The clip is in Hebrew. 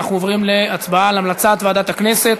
אנחנו עוברים להצבעה על המלצת ועדת הכנסת